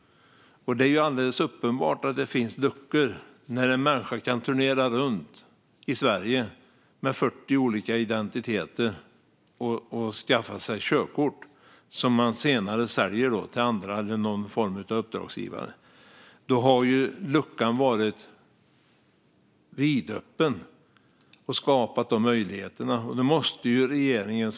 Det är alldeles uppenbart att det finns luckor när en människa kan turnera runt i Sverige med 40 olika identiteter och skaffa sig körkort som denne senare säljer till någon form av uppdragsgivare. Då har luckan varit vidöppen och skapat möjligheterna. Regeringen måste stänga luckan.